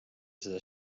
seda